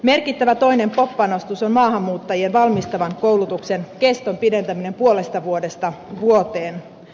merkittävä toinen pop panostus on maahanmuuttajien valmistavan koulutuksen keston pidentäminen puolesta vuodesta vuoteen